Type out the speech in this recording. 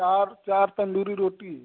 चार चार तंदूरी रोटी